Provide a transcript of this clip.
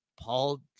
Paul